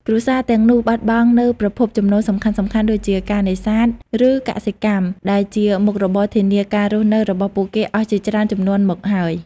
គ្រួសារទាំងនោះបាត់បង់នូវប្រភពចំណូលសំខាន់ៗ ដូចជាការ នេសាទ ឬ កសិកម្ម ដែលជាមុខរបរធានាការរស់នៅរបស់ពួកគេអស់ជាច្រើនជំនាន់មកហើយ។